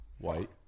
White